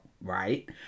right